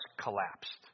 collapsed